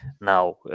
now